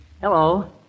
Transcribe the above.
Hello